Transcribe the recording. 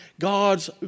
God's